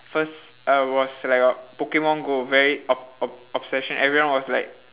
first uh was like uh pokemon go very ob~ ob~ obsession everyone was like